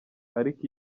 ariko